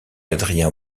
adrien